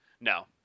No